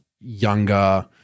younger